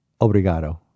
obrigado